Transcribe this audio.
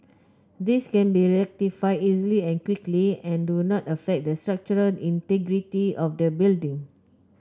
these can be rectified easily and quickly and do not affect the structural integrity of the building